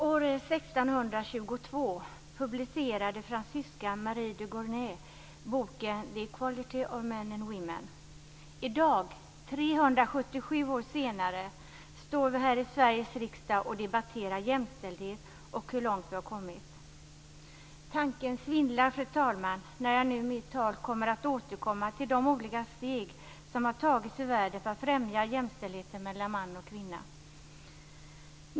Fru talman! År 1622 publicerade fransyskan Marie de Gournay boken The Equality of Men and Women. I dag, 377 år senare, står vi här i Sveriges riksdag och debatterar jämställdhet och hur långt vi har kommit. Tanken svindlar, fru talman, när jag nu i mitt tal kommer att återkomma till de olika steg som har tagits i världen för att främja jämställdheten mellan man och kvinna.